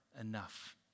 enough